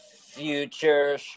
future